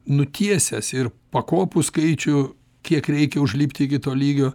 nutiesęs ir pakopų skaičių kiek reikia užlipti iki to lygio